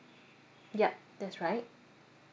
yup that's right